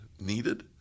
needed